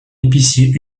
épicier